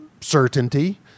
certainty